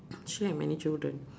she had many children